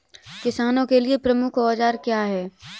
किसानों के लिए प्रमुख औजार क्या हैं?